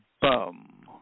bum